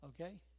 okay